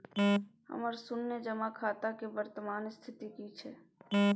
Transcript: हमर शुन्य जमा खाता के वर्तमान स्थिति की छै?